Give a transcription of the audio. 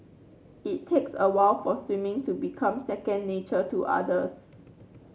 it takes a while for swimming to become second nature to others